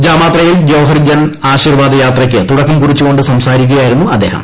ജാമാത്രയിൽ ജോഹർജൻ ആശിർവാദ് യ്ാത്രയ്ക്ക് തുടക്കം കുറിച്ചു കൊണ്ട് സംസാരിക്കുകയായിരുന്നു് അദ്ദേഹം